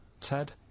Ted